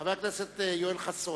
חבר הכנסת יואל חסון,